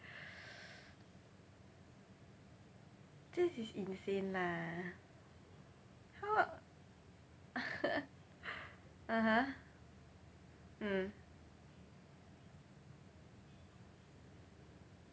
this is insane lah how (uh huh) mm